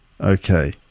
Okay